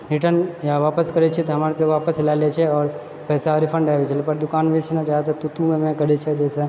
return या आपस करैत छियै तऽ हमरा आरके आपस लए लै छै आओर पैसा रिफंड आबि गेल ओकर दूकानमे लै छियै ने जादा कीच कीच मे मे करै छै जाहिसँ